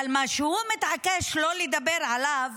אבל מה שהוא מתעקש שלא לדבר עליו